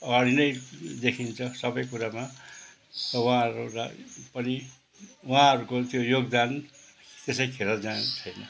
अगाडि नै देखिन्छ सबै कुरामा उहाँहरूलाई पनि उहाँहरूको त्यो योगदान त्यसै खेर जाने छैन